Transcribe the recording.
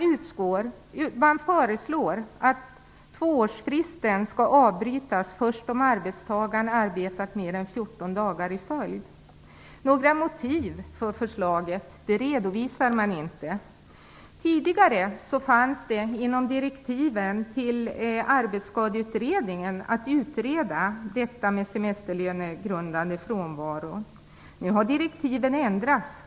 Utskottet föreslår att tvåårsfristen skall avbrytas först om arbetstagaren arbetat mer än fjorton dagar i följd. Några motiv för förslaget redovisas inte. Tidigare var det i direktiven till Arbetsskadeutredningen att utreda detta med semesterlönegrundande frånvaro. Nu har direktiven ändrats.